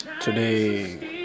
Today